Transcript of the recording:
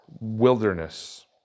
wilderness